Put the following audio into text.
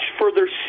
further